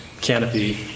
canopy